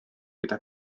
gyda